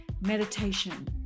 meditation